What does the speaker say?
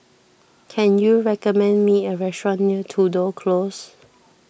can you recommend me a restaurant near Tudor Close